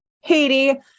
Haiti